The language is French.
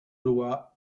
loi